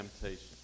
temptation